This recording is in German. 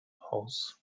aus